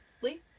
Lee